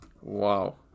Wow